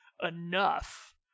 enough